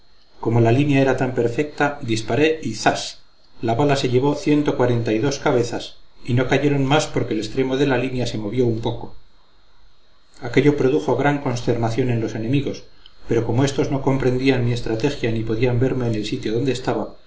como la línea era tan perfecta disparé y zas la bala se llevó ciento cuarenta y dos cabezas y no cayeron más porque el extremo de la línea se movió un poco aquello produjo gran consternación en los enemigos pero como éstos no comprendían mi estrategia ni podían verme en el sitio donde estaba